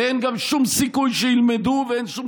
ואין גם שום סיכוי שילמדו ואין שום